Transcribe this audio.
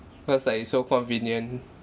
cause like it's so convenient